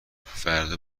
فردا